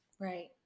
Right